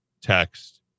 text